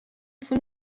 zum